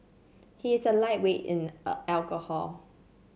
he is a lightweight in a alcohol